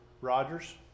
Rogers